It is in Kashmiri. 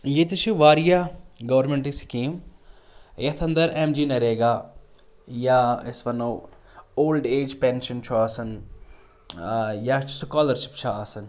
ییٚتہِ چھِ واریاہ گورمینٹٕچ سِکیٖم یَتھ اَندَر اٮ۪م جی نَریگا یا أسۍ وَنو اولڈٕ ایج پٮ۪نشَن چھُ آسان یا سکالَرشِپ چھِ آسان